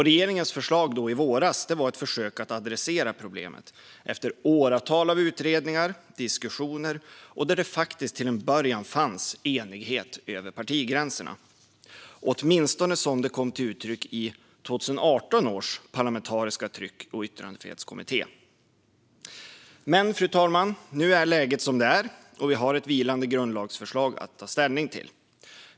Regeringens förslag i våras var ett försök att adressera problemet efter åratal av utredningar och diskussioner. Till en början fanns det faktiskt en enighet över partigränserna, åtminstone som den kom till uttryck i 2018 års parlamentariska tryck och yttrandefrihetskommitté. Fru talman! Nu är läget som det är, och vi har ett vilande grundlagsförslag att ta ställning till.